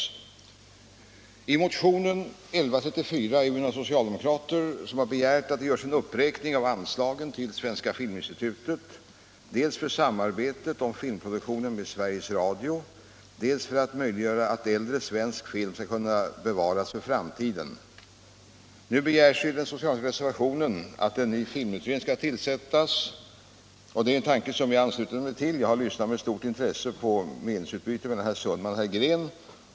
I motionen 1976/77:1134 har några av oss socialdemokrater begärt att det görs en uppräkning av anslagen till Svenska filminstitutet dels för att på ett tillfredsställande sätt upprätthålla samarbetet om filmproduktion med Sveriges Radio, dels för att möjliggöra att äldre svensk film skall kunna bevaras för framtiden. Nu begärs i den socialdemokratiska reservationen att en ny filmutredning skall tillsättas. Det är en tanke som jag ansluter mig till. Jag har lyssnat med stort intresse på meningsutbytet mellan herr Sundman och herr Green.